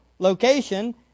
location